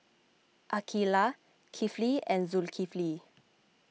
Aqeelah Kifli and Zulkifli